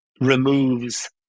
removes